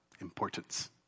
Importance